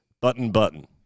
button-button